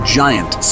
giant